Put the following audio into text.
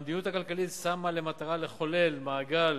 המדיניות הכלכלית שמה לה למטרה לחולל מעגל